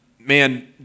Man